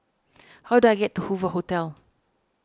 how do I get to Hoover Hotel